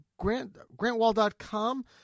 GrantWall.com